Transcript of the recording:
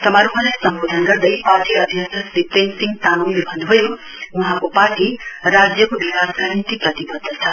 समारोहलाई सम्बोधन गर्दै पार्टी अध्यक्ष श्री प्रेम सिंह तामाङले भन्न्भयो वहाँको पार्टी राज्यको विकासका निम्ति प्रतिबद्ध छ